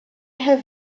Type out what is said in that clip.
have